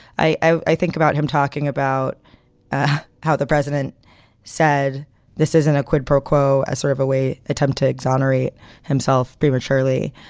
i i think about him talking about how the president said this isn't a quid pro quo, a sort of a way attempt to exonerate himself prematurely.